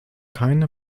keine